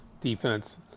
defense